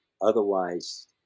otherwise